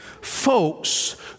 folks